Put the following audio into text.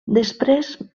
després